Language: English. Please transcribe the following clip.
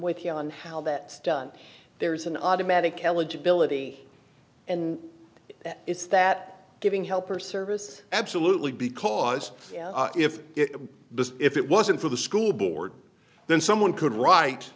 with you on hell that done there's an automatic eligibility and it's that giving help or service absolutely because if this if it wasn't for the school board then someone could write